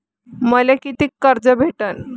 मले कितीक कर्ज भेटन?